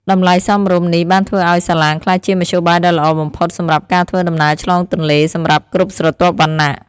តម្លៃសមរម្យនេះបានធ្វើឱ្យសាឡាងក្លាយជាមធ្យោបាយដ៏ល្អបំផុតសម្រាប់ការធ្វើដំណើរឆ្លងទន្លេសម្រាប់គ្រប់ស្រទាប់វណ្ណៈ។